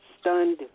stunned